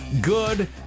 good